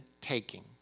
taking